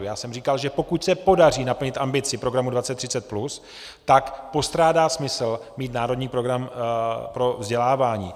Já jsem říkal, že pokud se podaří naplnit ambici Programu 2030+, tak postrádá smysl mít Národní program vzdělávání.